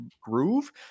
groove